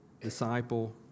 disciple